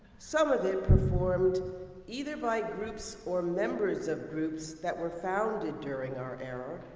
some of it performed either by groups or members of groups that were founded during our era,